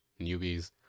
newbies